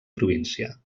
província